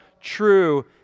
true